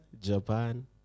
japan